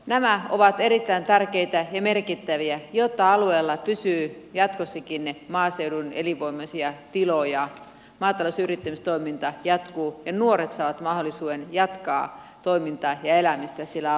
nämä ovat erittäin tärkeitä ja merkittäviä jotta alueella pysyy jatkossakin maaseudun elinvoimaisia tiloja maatalous ja yrittämistoiminta jatkuu ja nuoret saavat mahdollisuuden jatkaa toimintaa ja elämistä siellä alueella